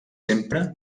sempre